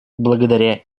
благодаря